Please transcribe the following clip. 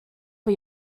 for